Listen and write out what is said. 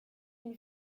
une